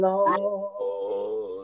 Lord